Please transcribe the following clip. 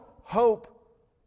hope